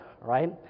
right